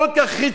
כל כך רצינית?